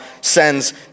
sends